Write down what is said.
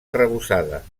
arrebossada